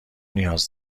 نیاز